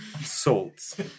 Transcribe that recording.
salts